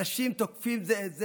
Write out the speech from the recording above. אנשים תוקפים זה את זה,